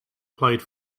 played